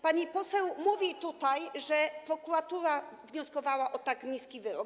Pani poseł mówi tutaj, że prokuratura wnioskowała o tak niski wyrok.